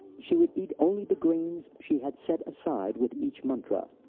she would eat only the grains she had set aside with each mantra.